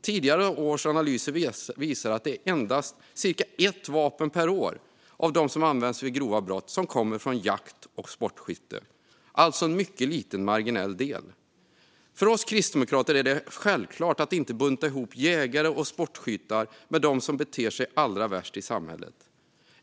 Tidigare års analyser har visat att endast cirka ett vapen per år av dem som används vid grova brott kommer från jakt och sportskytte, alltså en mycket liten, marginell del. För oss kristdemokrater är det självklart att inte bunta ihop jägare och sportskyttar med dem som beter sig allra värst i samhället.